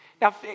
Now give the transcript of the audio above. Now